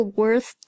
worth